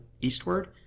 eastward